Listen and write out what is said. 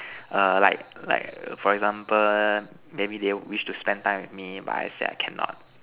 err like like for example maybe they wish to spend time with me but I said I cannot